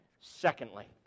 Secondly